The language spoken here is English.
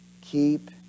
Keep